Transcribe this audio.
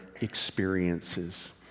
experiences